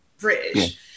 British